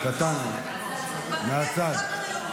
קטן, מהצד.